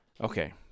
Okay